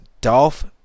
Dolph